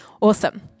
Awesome